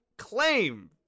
Claimed